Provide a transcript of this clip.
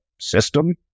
system